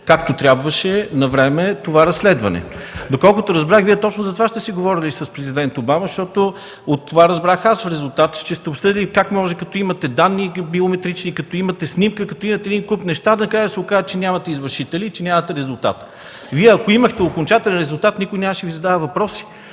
както трябваше, навреме това разследване. Доколкото разбрах, Вие точно за това сте си говорили с президент Обама, защото това разбрах аз като резултат, че сте обсъдили, как може, като имате биометрични данни, като имате снимка, като имате един куп неща, накрая се оказва, че нямате извършители, че нямате резултат. Вие, ако имахте окончателен резултат, никой нямаше да Ви задава въпроси.